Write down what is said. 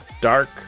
dark